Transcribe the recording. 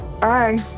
Bye